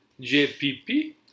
JPP